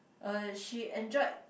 uh she enjoyed